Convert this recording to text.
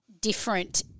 different –